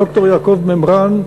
ד"ר יעקב מימרן,